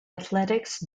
athletics